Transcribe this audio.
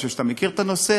אני חושב שאתה מכיר את הנושא.